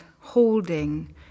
holding